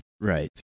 right